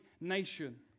nation